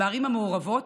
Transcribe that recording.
בערים המעורבות,